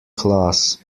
class